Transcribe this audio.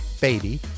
baby